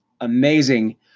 amazing